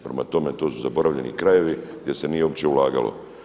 Prema tome, to su zaboravljeni krajevi gdje se nije uopće ulagalo.